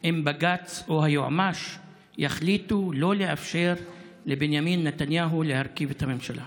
אם בג"ץ או היועמ"ש יחליטו לא לאפשר לבנימין נתניהו להרכיב את הממשלה.